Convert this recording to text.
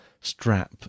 strap